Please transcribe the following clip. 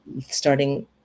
starting